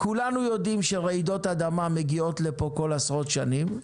כולנו יודעים שרעידות אדמה מגיעות לפה כל עשרות שנים.